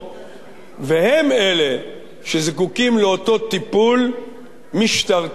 והם אלה שזקוקים לאותו טיפול משטרתי פלילי